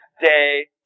day